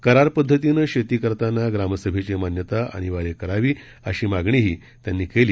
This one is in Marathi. करार पध्दतीनं शेती करताना ग्रामसभेची मान्यता अनिवार्य करावी अशी मागणीही त्यांनी केली